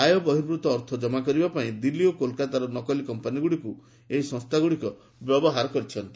ଆୟବର୍ହିଭ୍ରତ ଅର୍ଥ କମା କରିବା ପାଇଁ ଦିଲ୍ଲୀ ଓ କୋଲକାତାର ନକଲି କମ୍ପାନୀଗୁଡ଼ିକୁ ଏହି ସଂସ୍ଥାଗୁଡ଼ିକ ବ୍ୟବହାର କରିଛନ୍ତି